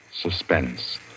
Suspense